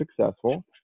successful